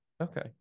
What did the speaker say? Okay